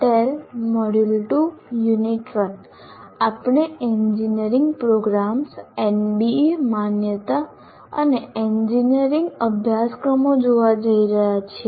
ટેલ મોડ્યુલ2 યુનિટ 1 આપણે engineering programmes NBA માન્યતા અને એન્જિનિયરિંગઅભ્યાસક્રમો જોવા જઈ રહ્યા છીએ